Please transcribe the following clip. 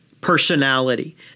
personality